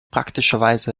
praktischerweise